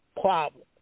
problem